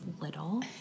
little